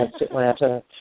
Atlanta